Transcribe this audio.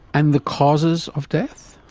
and the causes of death?